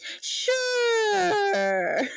Sure